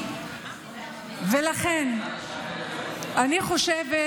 ולכן אני חושבת